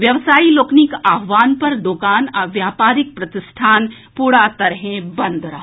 व्यवसायी लोकनिक आह्वान पर दोकान आ व्यापारिक प्रतिष्ठान पूरा तरहें बंद रहल